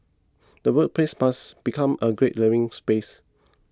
the workplace must become a great learning space